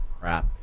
crap